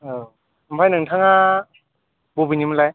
औ ओमफ्राय नोंथाङा बबेनि मोनलाय